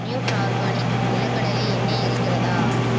நியூட்ரார்கானிக் நிலக்கடலை எண்ணெய் இருக்கிறதா